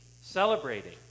celebrating